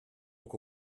look